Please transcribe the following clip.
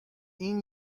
این